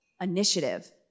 initiative